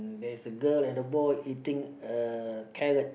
there's a girl and a boy eating a carrot